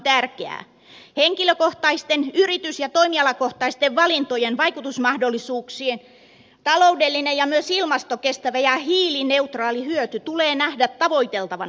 henkilökohtaisten ja yritys tai toimialakohtaisten valintojen vaikutusmahdollisuuksien taloudellinen ja myös ilmastokestävä ja hiilineutraali hyöty tulee nähdä tavoiteltavana